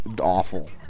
awful